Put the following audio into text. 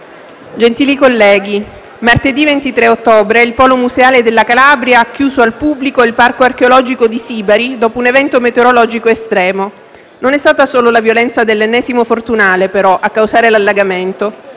gentili colleghi, martedì 23 ottobre il Polo museale della Calabria ha chiuso al pubblico il Parco archeologico di Sibari, dopo un evento meteorologico estremo. Non è stata solo la violenza dell'ennesimo fortunale, però, a causare l'allagamento;